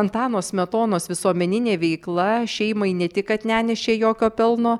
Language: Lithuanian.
antano smetonos visuomeninė veikla šeimai ne tik kad nenešė jokio pelno